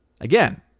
Again